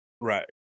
Right